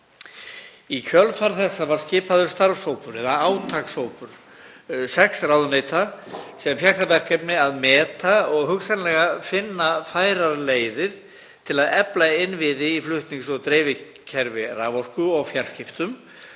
Í kjölfar þessa var skipaður starfshópur eða átakshópur sex ráðuneyta sem fékk það verkefni að meta og hugsanlega finna færar leiðir til að efla innviði í flutnings- og dreifikerfi raforku og fjarskiptum